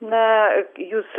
na jūs